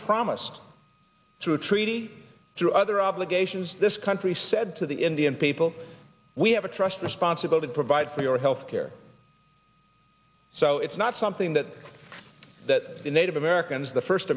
promised through treaty through other obligations this country said to the indian people we have a trust responsibility to provide for your health care so it's not something that that the native americans the first